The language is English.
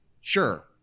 Sure